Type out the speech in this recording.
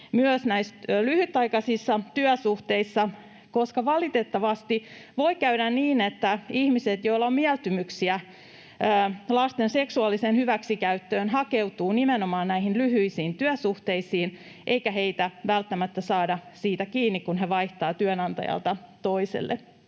näissä lyhytaikaisissa työsuhteissa, koska valitettavasti voi käydä niin, että ihmiset, joilla on mieltymyksiä lasten seksuaaliseen hyväksikäyttöön, hakeutuvat nimenomaan näihin lyhyisiin työsuhteisiin eikä heitä välttämättä saada siitä kiinni, kun he vaihtavat työnantajalta toiselle.